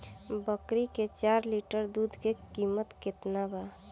बकरी के चार लीटर दुध के किमत केतना बा?